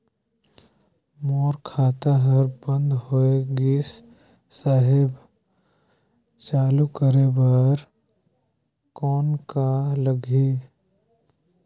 मोर खाता हर बंद होय गिस साहेब चालू करे बार कौन का लगही?